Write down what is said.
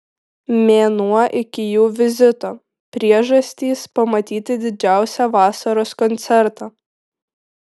mėnuo iki jų vizito priežastys pamatyti didžiausią vasaros koncertą